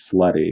slutty